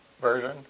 version